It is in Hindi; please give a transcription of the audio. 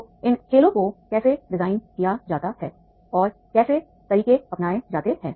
तो इन खेलों को कैसे डिजाइन किया जाता है और कैसे तरीके अपनाए जाते हैं